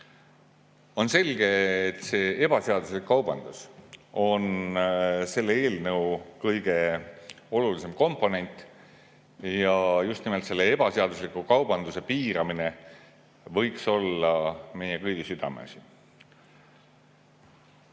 On selge, et see ebaseaduslik kaubandus on selle eelnõu kõige olulisem komponent ja just nimelt selle ebaseadusliku kaubanduse piiramine võiks olla meie kõigi südameasi.